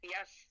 Yes